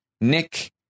Nick